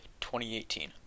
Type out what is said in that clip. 2018